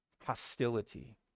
hostility